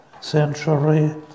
century